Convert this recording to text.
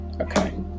Okay